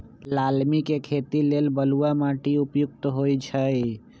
लालमि के खेती लेल बलुआ माटि उपयुक्त होइ छइ